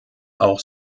auch